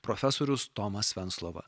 profesorius tomas venclova